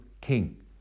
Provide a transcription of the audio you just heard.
king